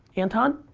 anton?